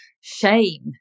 shame